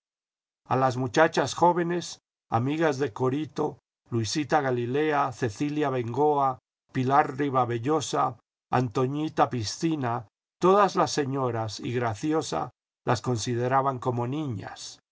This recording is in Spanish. a las muchachas jóvenes amigas de corito luisita galilea cecilia bengoa pilar ribavellosa antoñita piscina todas las señoras y graciosa las consideraban como niñas